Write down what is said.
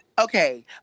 Okay